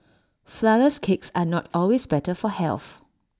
Flourless Cakes are not always better for health